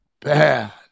Bad